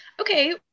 Okay